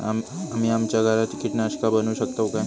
आम्ही आमच्या घरात कीटकनाशका बनवू शकताव काय?